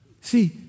See